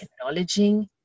acknowledging